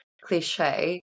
cliche